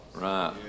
right